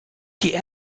die